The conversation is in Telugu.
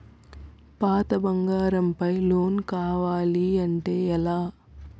పాత బంగారం పై లోన్ కావాలి అంటే ఎలా?